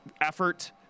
effort